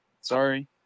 sorry